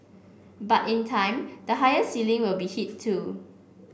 but in time the higher ceiling will be hit too